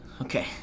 Okay